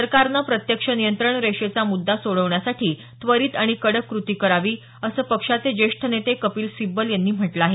सरकारनं प्रत्यक्ष नियंत्रण रेषेचा मुद्दा सोडवण्यासाठी त्वरित आणि कडक कृती करावी असं पक्षाचे ज्येष्ठ नेते कपिल सिब्बल यांनी म्हटलं आहे